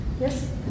yes